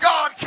God